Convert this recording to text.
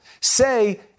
Say